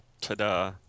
ta-da